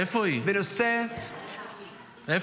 בנושא --- איפה היא?